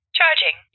Charging